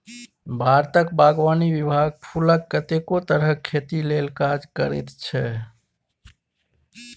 भारतक बागवानी विभाग फुलक कतेको तरहक खेती लेल काज करैत छै